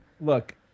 Look